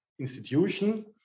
institution